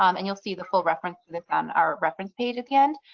um and you'll see the full reference to this on our reference page at the end.